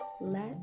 Let